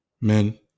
Men